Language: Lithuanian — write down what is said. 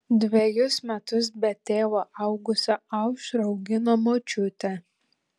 dvejus metus be tėvo augusią aušrą augino močiutė